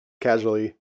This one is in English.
casually